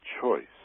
choice